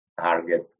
target